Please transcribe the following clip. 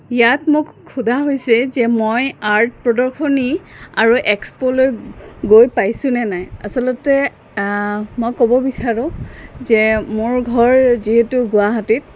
ইয়াত মোক সোধা হৈছে যে মই আৰ্ট প্ৰদৰ্শনী আৰু এক্সপ'লৈ গৈ পাইছোঁ নে নাই আচলতে মই ক'ব বিচাৰোঁ যে মোৰ ঘৰ যিহেতু গুৱাহাটীত